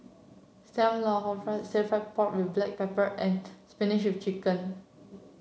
Sam Lau Hor Fun Stir Fried Pork with Black Pepper and Spinach Chicken